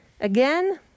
again